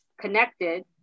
connected